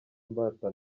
imbata